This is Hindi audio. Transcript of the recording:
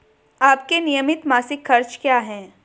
आपके नियमित मासिक खर्च क्या हैं?